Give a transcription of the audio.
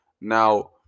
now